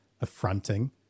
affronting